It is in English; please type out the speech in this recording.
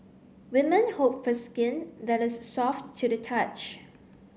women hope for skin that is soft to the touch